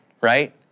right